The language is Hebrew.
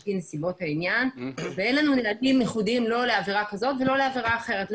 פי נסיבות העניין ואין לנו נהלי ייחודים לא לעבירה כזאת ולא לעבירה אחרת.